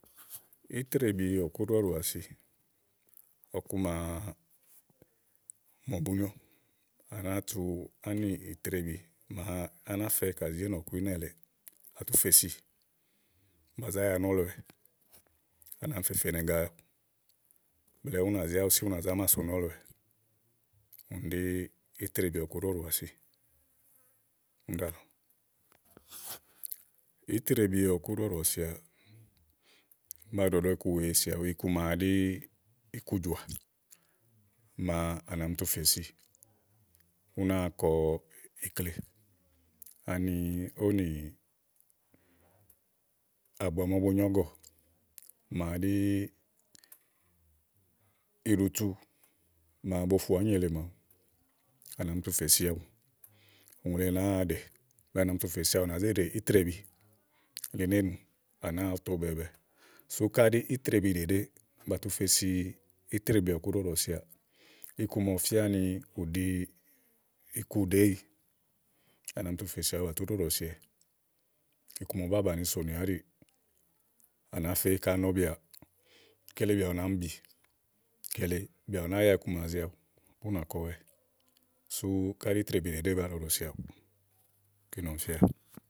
ítrèbi ɔ̀kùɖɔɖɔ̀à si ɔku màa mo bu nyo, à nàáa tu ánìtréè bi màa à nà fɛ kà zí éènɔ̀ku ínɛ lèeè, àtu fè si bàáa za ya nɔ̀lɔɔwɛ à nà mi fe fènè ègà awu, blɛ̀ɛ ú nà zí awusi ú nà zá ma sòo nɔ̀lɔɔwɛ úni ɖí ítrébi ɔ̀kúɖɔɖɔ̀sia ba ɖɔ̀ɖɔ̀ iku wèe si awu, iku wèe màa àɖi iku jɔ̀à màa à nà mi tu fè si, ú náa kɔ ikle ani ówònì àbua màa ówó bo nyo ɔ̀gɔ̀ màaɖi iɖu tu màa bu fù ányi èle màawu à nà mi tu fè si awu ùŋle nàáa wa ɖe blɛ̀ɛ à nà mi tu fè si awu à nà fé ɖè ítrèbi li néènù, á nàáa to bɛ̀ɛɛ̀bɛ̀ɛ sú káɖi ítrèbi ɖèɖè ba tu fe si ítrèbi ɔ̀kúɖɔɖɔ̀siaà iku ma ɔwɔ fía ni ù ɖi iku ɖèééyi ànà mi tu fè si awu bà zá ya nɔlɔ siɔwɛ iku màa ɔwɔ bá bàni sonìà áɖì à nàá fe ka à nɔ bìàà, kele bìà nà mi bì kele bìà ù nàáa ya iku ma zi awu, bú nà kɔwɛ sú káyí ítrèbiɖèɖè ba ɖɔ̀ɖɔ̀si awu kíni ɔmì fía.